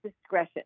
discretion